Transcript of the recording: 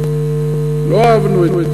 לא אהבנו את